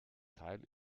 teil